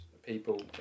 people